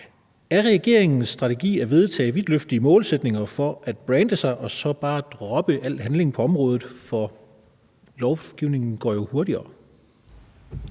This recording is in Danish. Er regeringens strategi at vedtage vidtløftige målsætninger for at brande sig og så bare droppe al handling på området? For lovgivningen går jo hurtigere.